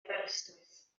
aberystwyth